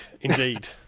Indeed